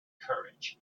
courage